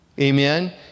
Amen